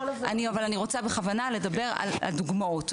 אבל אני בכוונה רוצה לדבר על דוגמאות,